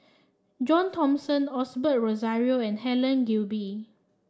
John Thomson Osbert Rozario and Helen Gilbey